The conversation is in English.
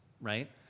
right